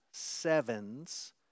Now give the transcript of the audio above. Sevens